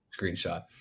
screenshot